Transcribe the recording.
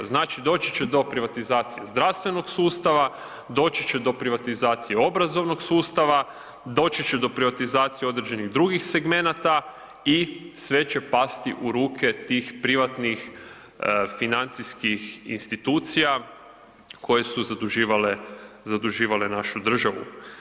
Znači doći će do privatizacije zdravstvenog sustava, doći će do privatizacije obrazovnog sustava, doći će do privatizacije određenih drugih segmenata i sve će pasti u ruke tih privatnih financijskih institucija koje su zaduživale našu državu.